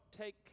take